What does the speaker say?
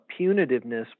punitiveness